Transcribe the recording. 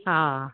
हा